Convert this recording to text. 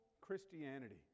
Christianity